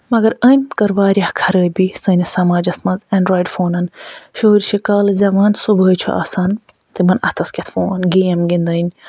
مَگر أمۍ کٔرۍ واریاہ خرٲبی سٲنِس سَماجَس منٛز اٮ۪نڈریوڈ فونَن شُرۍ چھِ کالہٕ زیوان صبُحٲے چھُ آسان تِمَن اَتھ کھٮ۪تھ فون گٮ۪م گِندٕنۍ